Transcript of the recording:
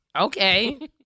Okay